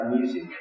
music